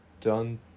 done